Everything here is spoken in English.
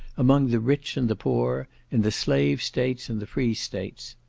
among the rich and the poor, in the slave states, and the free states.